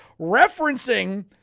referencing